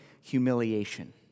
humiliation